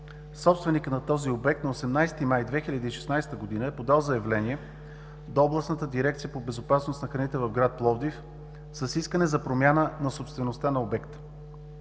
Собственикът на този обект на 18 май 2016 г. е подал заявление до Областната дирекция по безопасност на храните в град Пловдив с искане за промяна на собствеността на обекта.